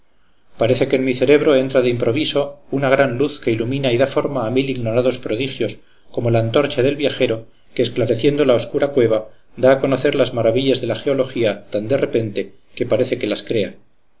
parece que en mi cerebro entra de improviso una gran luz que ilumina y da forma a mil ignorados prodigios como la antorcha del viajero que esclareciendo la obscura cueva da a conocer las maravillas de la geología tan de repente que parece que las crea